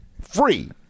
free